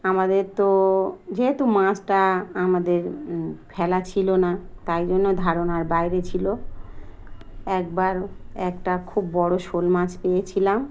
আমাদের তো যেহেতু মাছটা আমাদের ফেলা ছিলো না তাই জন্য ধারণার বাইরে ছিলো একবার একটা খুব বড়ো শোল মাছ পেয়েছিলাম